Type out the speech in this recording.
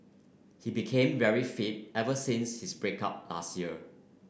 he became very fit ever since his break up last year